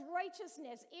righteousness